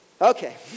okay